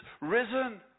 risen